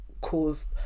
caused